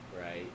right